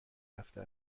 رفته